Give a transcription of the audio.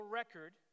record